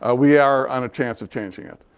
ah we are on a chance of changing it.